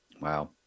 Wow